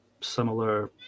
similar